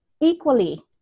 equally